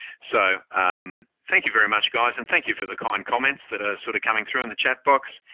so um thank you very much guys and thank you for the kind comments that are ah sort of coming through in the chat box.